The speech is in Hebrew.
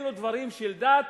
אלו דברים של דת.